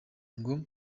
ngo